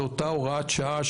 לאותה הוראת שעה,